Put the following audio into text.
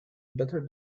better